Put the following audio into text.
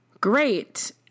great